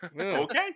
Okay